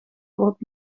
groot